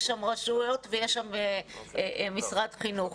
יש שם רשויות ויש שם משרד חינוך.